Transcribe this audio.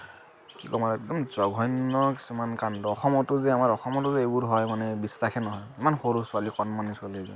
একদম জঘন্য কিছুমান কাণ্ড অসমতো যে আমাৰ অসমতো যে এইবোৰ হয় মানে বিশ্বাসে নহয় ইমান সৰু ছোৱালী কণমানি ছোৱালী এজনী